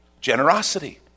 Generosity